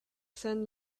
sand